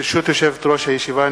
ברשות יושבת-ראש הישיבה,